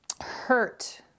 hurt